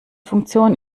funktion